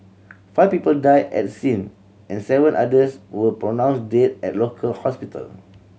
five people died at the scene and seven others were pronounced dead at local hospital